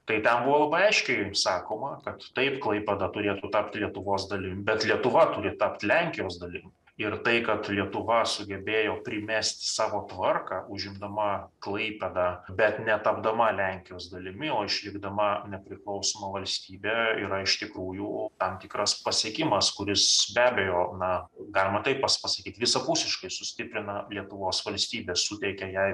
tai ten buvo labai aiškiai sakoma kad taip klaipėda turėtų tapti lietuvos dalim bet lietuva turi tapt lenkijos dalim ir tai kad lietuva sugebėjo primesti savo tvarką užimdama klaipėdą bet ne tapdama lenkijos dalimi o išlikdama nepriklausoma valstybe yra iš tikrųjų tam tikras pasiekimas kuris be abejo na galima taip pasakyt visapusiškai sustiprina lietuvos valstybė suteikia jai